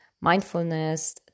mindfulness